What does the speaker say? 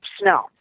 snow